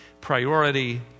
priority